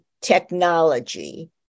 technology